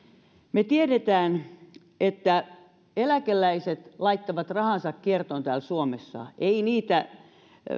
me tiedämme että eläkeläiset laittavat rahansa kiertoon täällä suomessa ei niitä